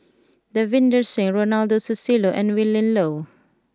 Davinder Singh Ronald Susilo and Willin Low